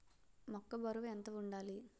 మొక్కొ బరువు ఎంత వుండాలి?